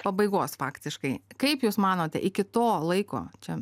pabaigos faktiškai kaip jūs manote iki to laiko čia